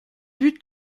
but